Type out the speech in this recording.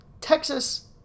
Texas